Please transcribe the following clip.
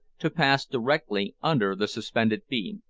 to pass directly under the suspended beam.